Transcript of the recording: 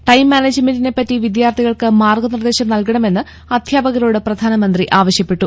time മാനേജ്മെന്റിനെപ്പറ്റി വിദ്യാർത്ഥികൾക്ക് മാർഗ നിർദ്ദേശം നൽകണമെന്ന് അധ്യാപകരോട് പ്രധാനമന്ത്രി ആവശ്യപ്പെട്ടു